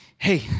Hey